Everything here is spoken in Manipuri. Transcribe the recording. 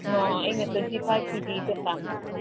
ꯑꯣ ꯑꯩꯅ ꯇ꯭ꯋꯦꯟꯇꯤ ꯐꯥꯏꯚ ꯀꯦ ꯖꯤꯗꯣ ꯄꯥꯝꯕ